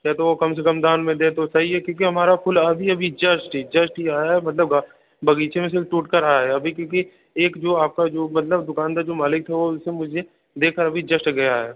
या तो वह कम से कम दाम में दे तो सही है क्योंकि हमारा फूल अभी अभी जस्ट ही जस्ट ही आया है मतलब गा बग़ीचे में से टूटकर आया है अभी क्योंकि एक जो आपका जो मतलब दुकान पर जो मालिक थे वह उसने मुझे देकर अभी जस्ट गया है